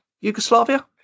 Yugoslavia